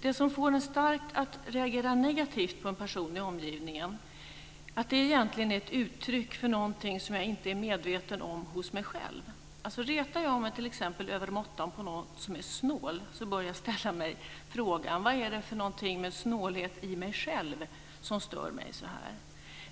det som får mig att reagera starkt negativt på en person i omgivningen är egentligen ett uttryck för någonting som jag inte är medveten om hos mig själv. Retar jag mig t.ex. övermåttan på någon som är snål bör jag ställa mig frågan: Vad är det med snålhet hos mig själv som stör mig så?